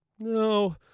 No